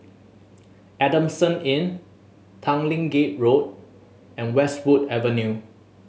Adamson Inn Tanglin Gate Road and Westwood Avenue